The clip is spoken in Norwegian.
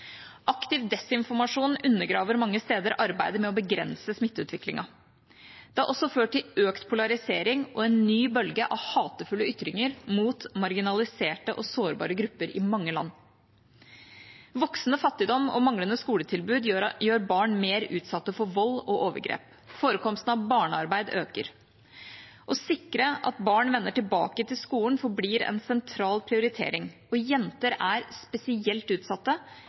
Aktiv desinformasjon undergraver mange steder arbeidet med å begrense smitteutviklingen. Det har også ført til økt polarisering og en ny bølge av hatefulle ytringer mot marginaliserte og sårbare grupper i mange land. Voksende fattigdom og manglende skoletilbud gjør barn mer utsatt for vold og overgrep. Forekomsten av barnearbeid øker. Å sikre at barn vender tilbake til skolen, forblir en sentral prioritering. Jenter er spesielt